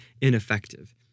ineffective